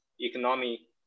economy